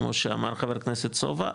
כמו שאמר ח"כ סובה,